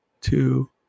two